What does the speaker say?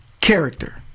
character